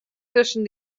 tusken